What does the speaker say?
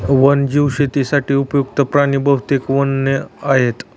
वन्यजीव शेतीसाठी उपयुक्त्त प्राणी बहुतेक वन्य आहेत